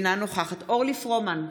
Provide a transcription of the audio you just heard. אינה נוכחת אורלי פרומן,